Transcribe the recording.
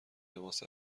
لباس